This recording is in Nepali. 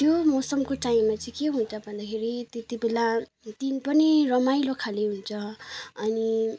त्यो मौसमको टाइममा चाहिँ के हुन्छ भन्दाखेरि त्यतिबेला दिन पनि रमाइलो खाले हुन्छ अनि